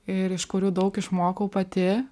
ir iš kurių daug išmokau pati